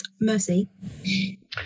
Mercy